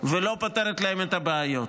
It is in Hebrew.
ולא פותרת להם את הבעיות.